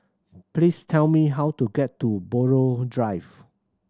please tell me how to get to Buroh Drive